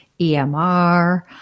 EMR